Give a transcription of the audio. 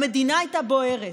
המדינה הייתה בוערת